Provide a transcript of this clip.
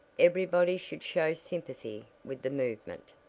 everybody should show sympathy with the movement,